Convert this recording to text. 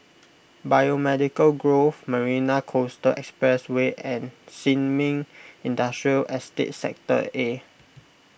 Biomedical Grove Marina Coastal Expressway and Sin Ming Industrial Estate Sector A